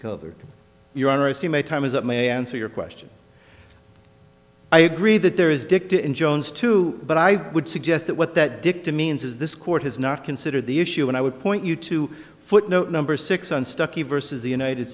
cover your honor i see my time as it may answer your question i agree that there is dicta in jones too but i would suggest that what that dictum means is this court has not considered the issue and i would point you to footnote number six on stuckey vs the united